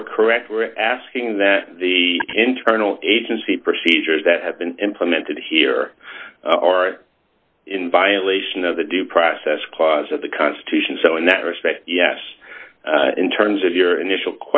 more correct we're asking that the internal agency procedures that have been implemented here are in violation of the due process clause of the constitution so in that respect yes in terms of your initial